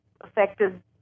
affected